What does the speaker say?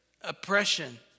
oppression